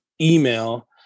email